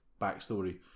backstory